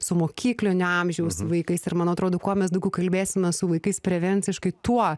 su mokyklinio amžiaus vaikais ir man atrodo kuo mes daugiau kalbėsimės su vaikais prevenciškai tuo